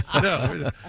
No